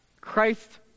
Christ